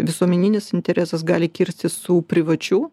visuomeninis interesas gali kirstis su privačiu